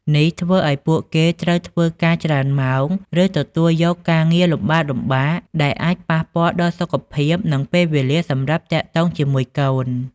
នេះធ្វើឱ្យពួកគេត្រូវធ្វើការច្រើនម៉ោង ឬទទួលយកការងារលំបាកៗ ដែលអាចប៉ះពាល់ដល់សុខភាព និងពេលវេលាសម្រាប់ទាក់ទងជាមួយកូន។